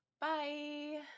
Bye